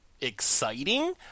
exciting